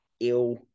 Ill